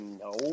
no